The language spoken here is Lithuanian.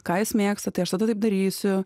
ką jis mėgsta tai aš tada taip darysiu